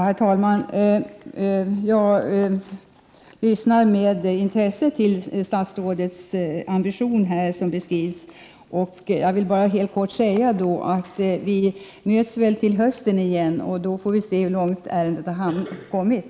Herr talman! Jag lyssnar med intresse till statsrådets beskrivning av sina ambitioner. Vi möts väl till hösten igen, och då får vi se hur långt handläggningen av ärendet har kommit.